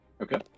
Okay